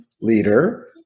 leader